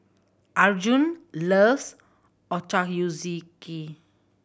Arjun loves Ochazuke